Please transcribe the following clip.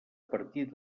partir